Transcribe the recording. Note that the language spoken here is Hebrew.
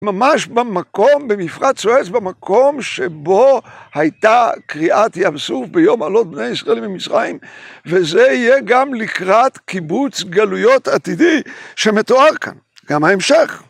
ממש במקום, במפרץ סואץ, במקום שבו הייתה קריעת ים סוף ביום עלות בני ישראלים ממצרים, וזה יהיה גם לקראת קיבוץ גלויות עתידי שמתואר כאן. גם ההמשך.